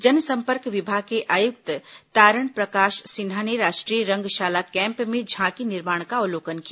जनसंपर्क विभाग के आयुक्त तारण प्रकाश सिन्हा ने राष्ट्रीय रंगशाला कैम्प में झांकी निर्माण का अवलोकन किया